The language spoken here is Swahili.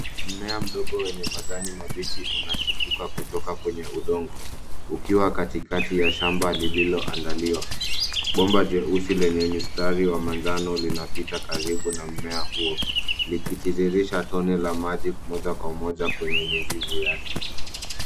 Mmea mdogo wenye majani mabichi unachipuka kutoka kwenye udongo ukiwa katikati ya shamba lililoandaliwa. Bomba jeusi lenye mistari wa manjano linapita karibu na mmea huo likitiririsha maji moja kwa moja hadi kwenye mizizi yake.